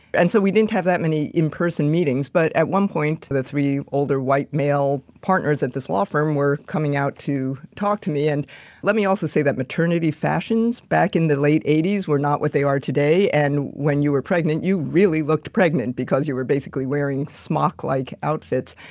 and so we didn't have that many in person meetings, but at one point to the three older white males partners at this law firm were coming out to talk to me. and let me also say that maternity fashions back in the late eighty s were not what they are today. and when you were pregnant, you really looked pregnant because you were basically wearing smock like outfits.